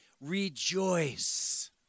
rejoice